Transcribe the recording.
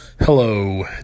Hello